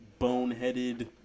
boneheaded